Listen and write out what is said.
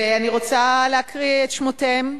ואני רוצה להקריא את שמותיהם.